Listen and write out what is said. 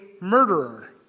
murderer